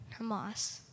Hamas